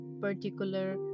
particular